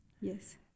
yes